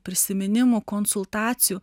prisiminimų konsultacijų